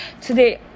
today